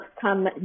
come